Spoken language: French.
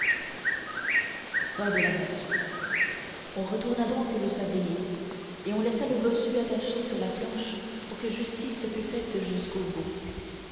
on retourna donc le sablier et on laissa le bossu attaché sur la planche pour que justice fût faite jusqu'au bout